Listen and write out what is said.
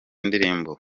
ndirimbo